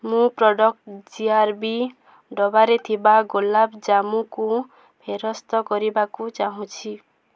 ମୁଁ product G R B ଡବାରେ ଥିବା ଗୋଲାପ ଜାମୁକୁ ଫେରସ୍ତ କରିବାକୁ ଚାହୁଁଛି